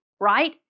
right